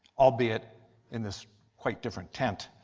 albeit in this quite different tent.